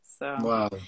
Wow